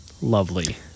lovely